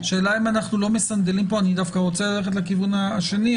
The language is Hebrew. אני דווקא רוצה ללכת לכיוון השני,